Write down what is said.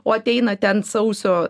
o ateina ten sausio